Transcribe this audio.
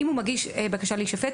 אם הוא מגיש בקשה להישפט,